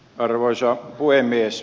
arvoisa puhemies